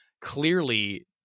Clearly